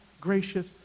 gracious